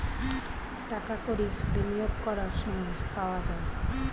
টাকা কড়ি বিনিয়োগ করার সময় পাওয়া যায়